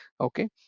okay